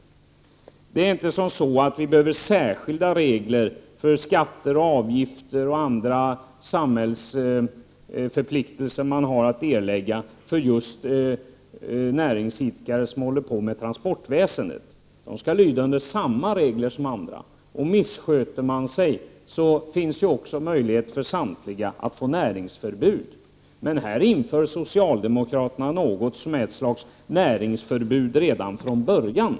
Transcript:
Det behövs inte särskilda regler för skatter, avgifter och andra samhällsförpliktelser för just näringsidkare inom transportväsendet. De skall lyda under samma regler som andra. Om någon missköter sig finns ju möjligheten att ge vederbörande näringsförbud. Här inför socialdemokraterna något som kan sägas vara ett näringsförbud redan från början.